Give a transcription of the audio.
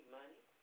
money